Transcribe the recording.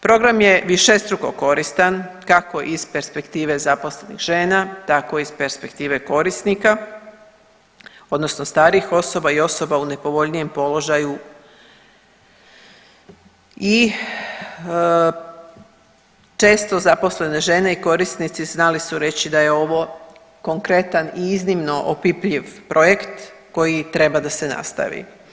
Program je višestruko koristan, kako iz perspektive zaposlenih žena, tako iz perspektive korisnika odnosno starijih osoba i osoba u nepovoljnijem položaju i često zaposlene žene i korisnici znali su reći da je ovo konkretan i iznimno opipljiv projekt koji treba da se nastavi.